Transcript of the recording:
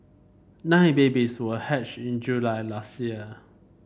nine babies were hatched in July last year